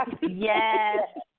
Yes